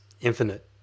infinite